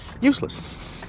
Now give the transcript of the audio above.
useless